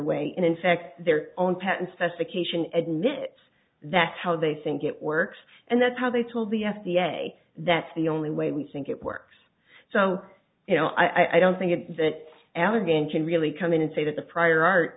way and in fact their own patent specification admits that's how they think it works and that's how they told the f d a that's the only way we think it works so you know i don't think it's that elegant can really come in and say that the prior art